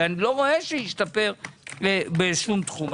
אני לא רואה שהשתפר בשום תחום.